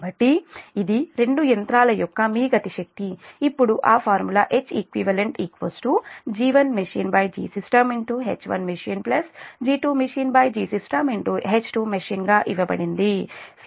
కాబట్టి ఇది రెండు యంత్రాల యొక్క మీ గతి శక్తి ఇప్పుడు ఆ ఫార్ములా HeqG1machineGsystemH1machineG2machineGsystem H2machine గా ఇవ్వబడింది